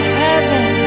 heaven